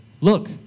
Look